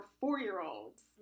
four-year-olds